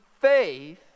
faith